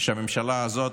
שבו הממשלה הזאת,